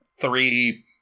three